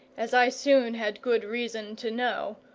as i soon had good reason to know,